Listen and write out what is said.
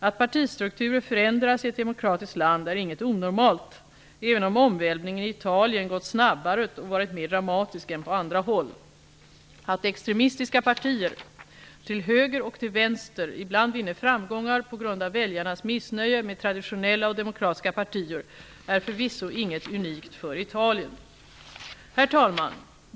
Att partistrukturer förändras i ett demokratiskt land är inget onormalt, även om omvälvningen i Italien gått snabbare och varit mer dramatisk än på andra håll. Att extremistiska partier, till höger och till vänster, ibland vinner framgångar på grund av väljarnas missnöje med traditionella och demokratiska partier är förvisso inget unikt för Italien. Herr talman!